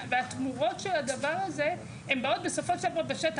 והתמורות של הדבר הזה הן באות בסופו של דבר בשטח,